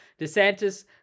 DeSantis